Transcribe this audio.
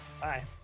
Bye